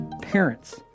parents